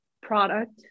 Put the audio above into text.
product